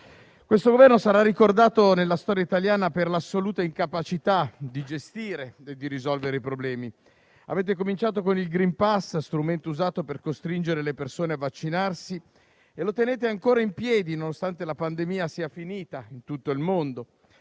Questo Governo sarà ricordato nella storia italiana per l'assoluta incapacità di gestire e di risolvere i problemi. Avete cominciato con il *green pass*, strumento usato per costringere le persone a vaccinarsi, e lo tenete ancora in piedi, nonostante la pandemia sia finita in tutto il mondo.